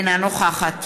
אינה נוכחת